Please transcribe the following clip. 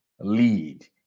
lead